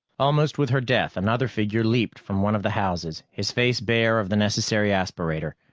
almost with her death, another figure leaped from one of the houses, his face bare of the necessary aspirator.